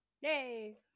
Yay